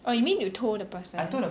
oh you mean you told the person